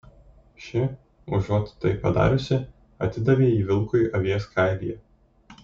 ši užuot tai padariusi atidavė jį vilkui avies kailyje